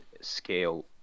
scale